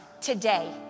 today